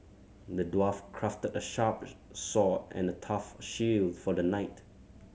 the dwarf crafted a sharp sword and a tough shield for the knight